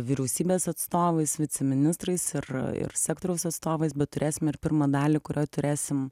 vyriausybės atstovais viceministrais ir sektoriaus atstovais bet turėsim ir pirmą dalį kurioj turėsim